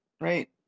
right